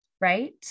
right